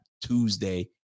Tuesday